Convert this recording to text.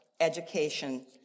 education